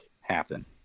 happen